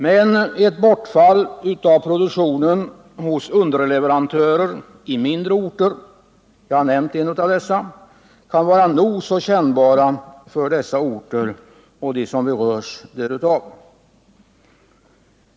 Men ett bortfall av produktionen hos underleverantörer på mindre orter —-jag har nämnt en av dessa — kan vara nog så kännbar för dem som berörs.